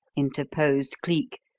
interposed cleek,